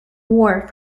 war